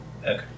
Okay